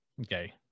okay